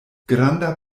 granda